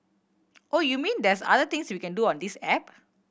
oh you mean there's other things we can do on this app